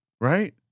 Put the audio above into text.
right